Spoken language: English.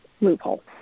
loophole